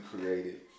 created